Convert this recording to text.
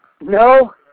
No